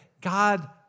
God